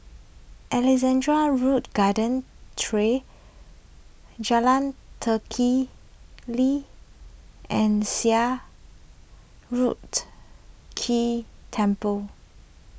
Alexandra Road Garden Trail Jalan and Silat Road Temple